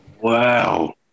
Wow